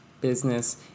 business